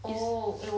is